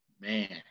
man